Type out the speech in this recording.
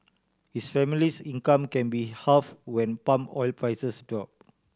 his family's income can be halve when palm oil prices drop